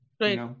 Right